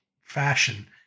fashion